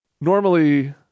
normally